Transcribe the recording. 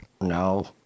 No